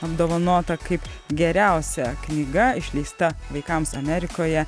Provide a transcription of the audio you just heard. apdovanota kaip geriausia knyga išleista vaikams amerikoje